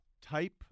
type